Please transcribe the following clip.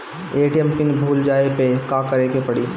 ATM PIN भूल जाए पे का करे के पड़ी?